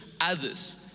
others